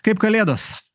kaip kalėdos